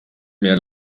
mehr